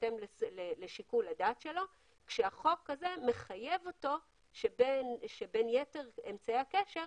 בהתאם לשיקול הדעת שלו כאשר החוק הזה מחייב אותו שבין יתר אמצעי הקשר,